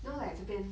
you know like 这边